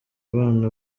abana